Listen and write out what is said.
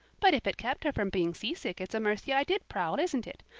but if it kept her from being seasick it's a mercy i did prowl, isn't it?